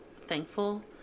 thankful